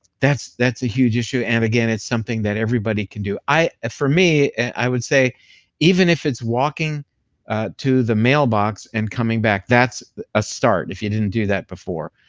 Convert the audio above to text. that's that's a huge issue. and again, it's something that everybody can do. ah for me, i would say even if it's walking to the mailbox and coming back, that's a start if you didn't do that before.